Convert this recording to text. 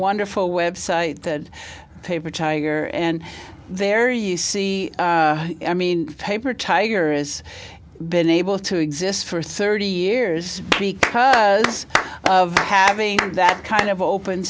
wonderful website that paper tiger and there you see i mean paper tiger is been able to exist for thirty years because of having that kind of open